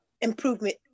improvement